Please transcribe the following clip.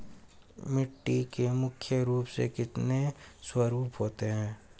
मिट्टी के मुख्य रूप से कितने स्वरूप होते हैं?